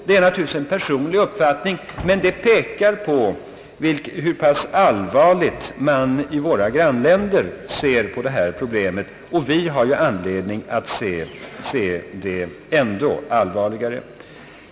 Det är naturligtvis en personlig uppfattning, men den visar hur pass allvarligt man i våra grannländer ser på detta problem. Vi har ju anledning att se på det ännu allvarligare.